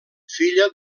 filla